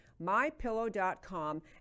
mypillow.com